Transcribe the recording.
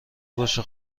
باشه